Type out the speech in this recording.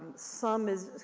some is,